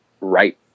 right